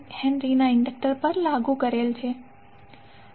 1H ના inductor પર લાગુ કરેલ છે